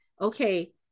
okay